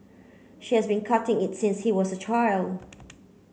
she has been cutting it since he was a child